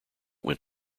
went